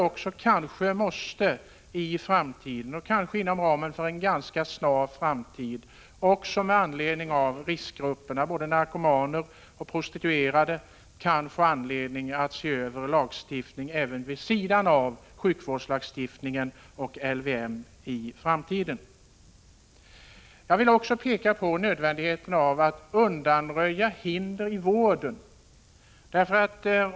Kanske har vi vidare i framtiden också — möjligen inom en ganska snar framtid — anledning att med tanke på riskgrupperna narkomaner och prostituerade se över lagstiftning även vid sidan av LVM och sjukvårdslagstiftningen. Jag vill också peka på nödvändigheten av att undanröja hinder inom vården.